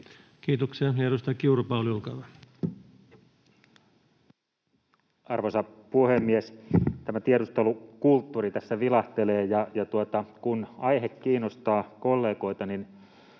kertomus vuodelta 2020 Time: 18:23 Content: Arvoisa puhemies! Tämä ”tiedustelukulttuuri” tässä vilahtelee. Ja kun aihe kiinnostaa kollegoita, niin